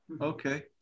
okay